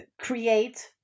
create